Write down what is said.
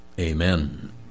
Amen